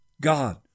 God